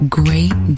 great